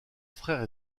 frère